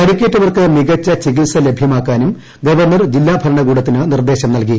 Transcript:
പരിക്കേറ്റവർക്ക് മികച്ച ചികിത്സ ലഭ്യമാക്കാനും ഗവർണർ ജില്ലാ ഭരണകൂടത്തിന് നിർദ്ദേശം നൽകി